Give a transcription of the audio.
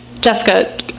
Jessica